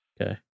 Okay